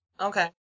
Okay